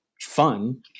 fun